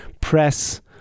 press